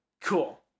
Cool